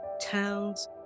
towns